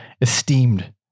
esteemed